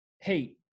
Hey